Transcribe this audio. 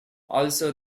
also